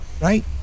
right